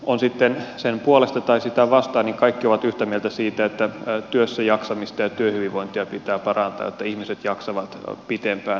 on sitten sen puolesta tai sitä vastaan niin kaikki ovat yhtä mieltä siitä että työssäjaksamista ja työhyvinvointia pitää parantaa jotta ihmiset jaksavat pitempään työelämässä